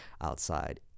outside